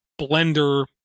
blender